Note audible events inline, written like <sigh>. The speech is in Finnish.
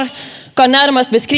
kan närmast <unintelligible>